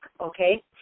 okay